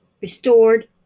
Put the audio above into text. restored